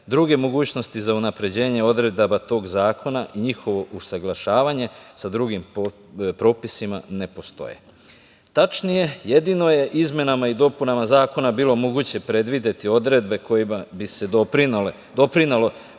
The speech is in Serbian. druge mogućnosti za unapređenje odredaba tog zakona i njihovo usaglašavanje sa drugim propisima ne postoje. Tačnije, jedino je izmena i dopunama zakona bilo moguće predvideti odredbe kojima bi se doprinelo